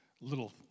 little